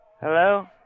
Hello